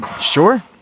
sure